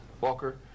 Walker